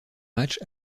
matchs